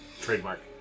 Trademark